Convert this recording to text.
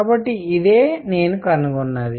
కాబట్టి ఇదే నేను కనుగొన్నది